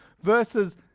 versus